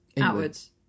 Outwards